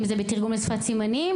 אם זה תרגום לשפת סימנים,